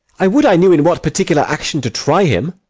i would i knew in what particular action to try him.